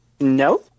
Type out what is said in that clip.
No